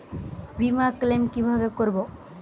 বিমা ক্লেম কিভাবে করব?